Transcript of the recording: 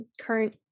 current